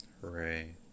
Hooray